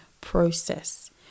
process